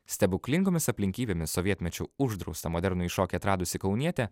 stebuklingomis aplinkybėmis sovietmečiu uždraustą modernųjį šokį atradusi kaunietė